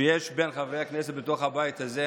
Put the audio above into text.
שיש בין חברי הכנסת בתוך הבית הזה,